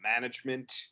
management